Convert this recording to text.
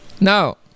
Now